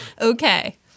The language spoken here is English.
Okay